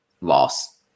loss